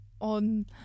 on